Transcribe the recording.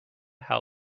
how